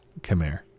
Khmer